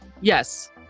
yes